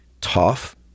tough